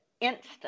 instant